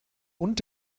und